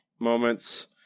moments